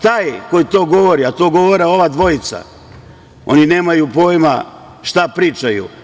Taj koji to govori, a to govore ova dvojica, oni nemaju pojma šta pričaju.